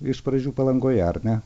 iš pradžių palangoje ar ne